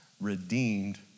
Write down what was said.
redeemed